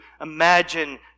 imagine